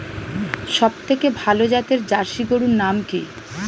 সবথেকে ভালো জাতের জার্সি গরুর নাম কি?